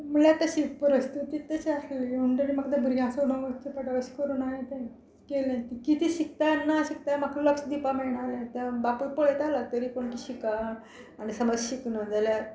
म्हळ्यार तशी परिस्थिती तशी आसली म्हणटरी म्हाका त्या भुरग्यांक सोडून वचचे पडटालें अशें करून हांवें तें केलें कितें शिकता ना शिकता म्हाका लक्ष दिवपा मेळनालें तें बापूय पळयतालो तरी पूण ती शिका आनी समज शिकना जाल्यार